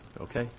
Okay